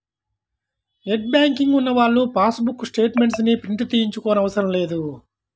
net banking ఉన్నవాళ్ళు passbook statements ని print తీయించుకోనవసరం లేదు